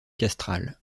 castrale